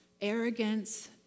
arrogance